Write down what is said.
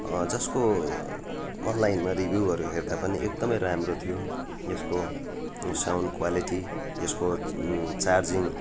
जसको अनलाइनमा रिभ्युहरू हेर्दा पनि एकदमै राम्रो थियो यसको साउन्ड क्वालिटी यसको चार्जिङ